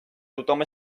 tothom